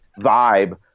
vibe